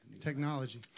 technology